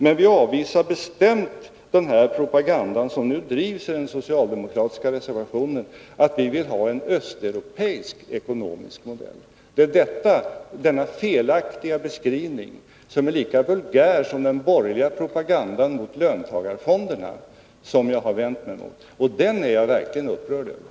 Men vi avvisar bestämt den propaganda som bedrivs i den socialdemokratiska reservationen, att vi vill ha en östeuropeisk ekonomisk modell. Det är denna felaktiga beskrivning, vilken är lika vulgär som den borgerliga propagandan mot löntagarfonderna, som jag har vänt mig emot. Och den är jag verkligen upprörd över.